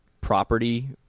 property